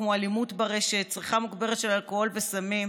כמו אלימות ברשת וצריכה מוגברת של אלכוהול וסמים,